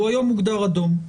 הוא היום מוגדר אדום.